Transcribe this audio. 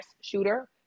shooter